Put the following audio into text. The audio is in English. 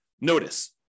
notice